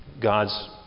God's